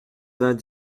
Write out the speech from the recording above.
vingt